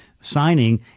Signing